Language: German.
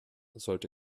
sollte